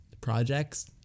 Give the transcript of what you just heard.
projects